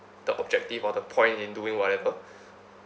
the objective or the point in doing whatever